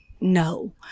no